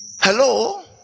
Hello